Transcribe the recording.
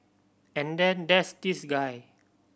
and then there's this guy